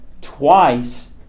twice